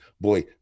boy